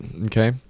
okay